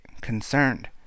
concerned